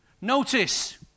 Notice